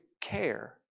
care